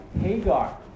Hagar